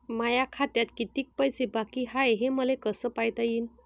माया खात्यात कितीक पैसे बाकी हाय हे मले कस पायता येईन?